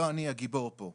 לא אני הגיבור פה,